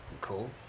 cool